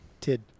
Tid